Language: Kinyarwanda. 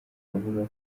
avuga